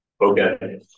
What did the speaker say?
okay